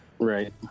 Right